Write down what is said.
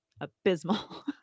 abysmal